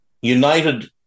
United